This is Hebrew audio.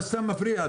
אתה סתם מפריע.